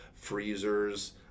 freezers